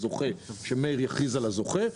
ומאיר יכריז על הזוכה,